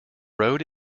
road